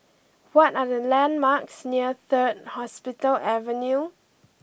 what are the landmarks near Third Hospital Avenue